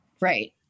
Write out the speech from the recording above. Right